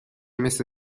مثل